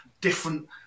different